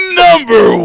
number